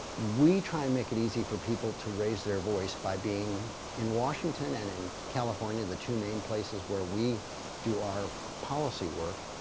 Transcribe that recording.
we try to make it easy for people to raise their voice by being in washington and in california, the two main places where we do our policy work.